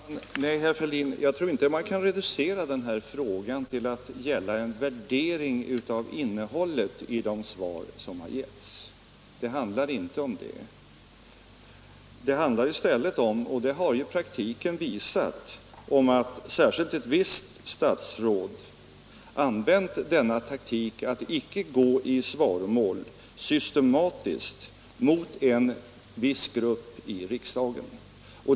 Herr talman! Nej, herr Fälldin, jag tror inte man kan reducera frågan till att bara gälla en värdering av innehållet i de svar som man gett. Det handlade inte om det. Det handlar i stället — och det har praktiken visat — om att särskilt ett visst statsråd använt denna taktik, att icke gå i svaromål, systematiskt mot en viss grupp i riksdagen.